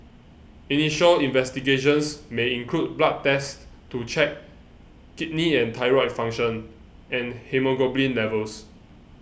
initial investigations may include blood tests to check kidney and thyroid function and haemoglobin levels